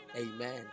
amen